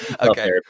okay